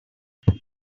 they